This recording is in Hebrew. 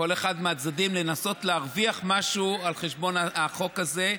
מהצדדים לנסות להרוויח משהו על חשבון החוק הזה,